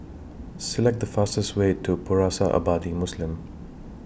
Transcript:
Select The fastest Way to Pusara Abadi Muslim